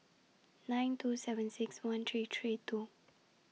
nine two seven six one three three two